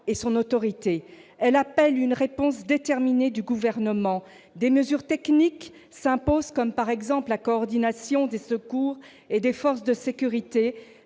et son autorité. Elle appelle une réponse déterminée du Gouvernement. Des mesures techniques s'imposent, comme, par exemple, la coordination des secours et des forces de sécurité